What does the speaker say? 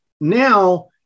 now